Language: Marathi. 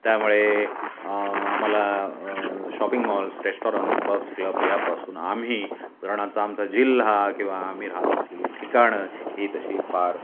त्यामुळे आम्हाला shopping malls restaurant pubs club यापासून आम्ही उदाहरणार्थ आमचा जिल्हा किंवा आम्ही राहात असलेली ठिकाणं ही तशी फार